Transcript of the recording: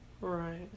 Right